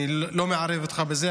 אני לא מערב אותך בזה,